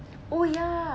oh ya